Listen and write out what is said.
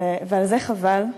ועל זה חבל.